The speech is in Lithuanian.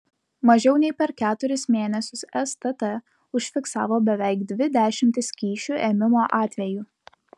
mažiau nei per keturis mėnesius stt užfiksavo beveik dvi dešimtis kyšių ėmimo atvejų